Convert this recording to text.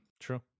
true